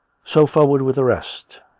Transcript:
so forward with the rest.